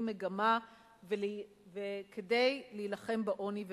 מגמה וכדי להילחם בעוני ובאי-שוויון.